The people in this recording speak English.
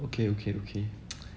okay okay okay